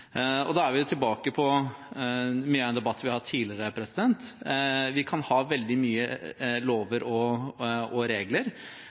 Da er vi tilbake til en debatt vi har hatt tidligere. Vi kan ha veldig mange lover og regler,